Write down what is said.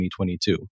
2022